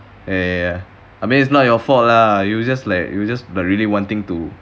eh I mean it's not your fault lah you just like you just really wanting to